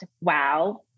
wow